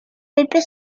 pepe